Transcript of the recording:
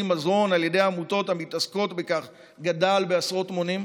מזון על ידי עמותות המתעסקות בכך גדל בעשרות מונים?